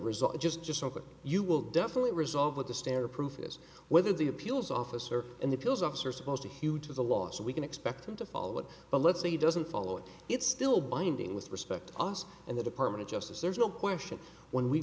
result i just just hope that you will definitely resolve what the stare proof is whether the appeals officer and the field office are supposed to hew to the law so we can expect them to follow it but let's say he doesn't follow it it's still binding with respect us and the department of justice there's no question when we